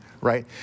right